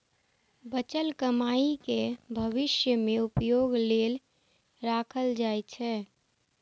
बचल कमाइ कें भविष्य मे उपयोग लेल राखल जाइ छै